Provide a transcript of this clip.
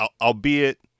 albeit